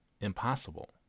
impossible